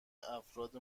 افراد